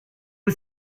was